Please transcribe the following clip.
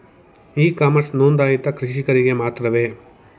E commerce ನೊಂದಾಯಿತ ಕೃಷಿಕರಿಗೆ ಮಾತ್ರವೇ?